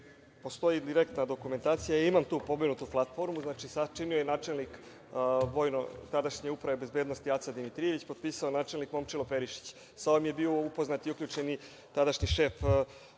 postoji direktna dokumentacija i ja imam tu pomenutu platformu, sačinio je načelnik tadašnje Uprave bezbednosti Aca Dimitrijević, a potpisao načelnik Momčilo Perišić. Sa ovim je bio upoznat i uključen tadašnji šef RDB